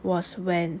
was when